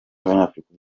n’abanyafurika